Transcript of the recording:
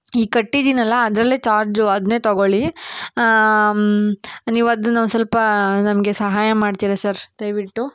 ಈಗ ಕಟ್ಟಿದ್ದೀನಲ್ಲ ಅದರಲ್ಲೇ ಚಾರ್ಜು ಅದನ್ನೇ ತಗೊಳ್ಳಿ ನೀವು ಅದನ್ನು ಒಂದು ಸ್ವಲ್ಪ ನಮಗೆ ಸಹಾಯ ಮಾಡ್ತೀರಾ ಸರ್ ದಯ್ವಿಟ್ಟು